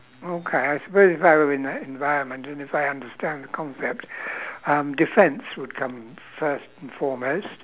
okay I suppose if I were in that environment and if I understand the concept um defence would come first and foremost